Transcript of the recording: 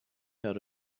out